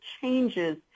changes